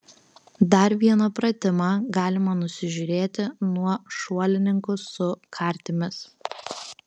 dar vieną pratimą galima nusižiūrėti nuo šuolininkų su kartimis